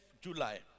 July